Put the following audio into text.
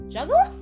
Juggle